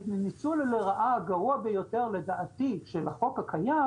הניצול לרעה הגרוע ביותר לדעתי של החוק הקיים